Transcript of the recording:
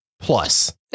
Plus